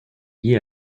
lié